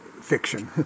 fiction